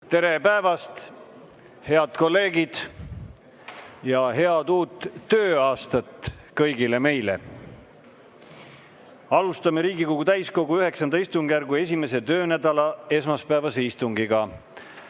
Tere päevast, head kolleegid! Ja head uut tööaastat kõigile meile! Alustame Riigikogu täiskogu IX istungjärgu 1. töönädala esmaspäevast istungit.